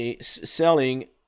selling